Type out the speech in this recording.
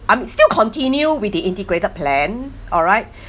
I'm still continue with the integrated plan all right